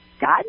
God